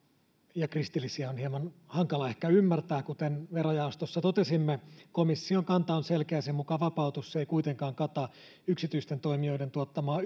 ja kristillisiä on ehkä hieman hankala ymmärtää kuten verojaostossa totesimme komission kanta on selkeä sen mukaan vapautus ei kuitenkaan kata yksityisten toimijoiden tuottamaa